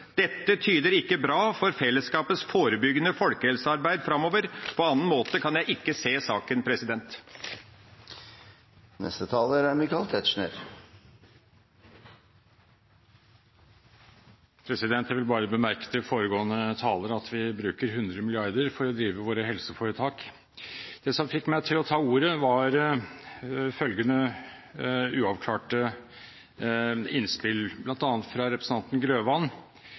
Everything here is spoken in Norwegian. Dette lover ikke bra for fellesskapets forebyggende folkehelsearbeid framover. På annen måte kan jeg ikke se saken. Jeg vil bare bemerke til foregående taler at vi bruker 100 mrd. kr for å drive våre helseforetak. Det som fikk meg til å ta ordet, var følgende uavklarte innspill, bl.a. fra representanten Grøvan: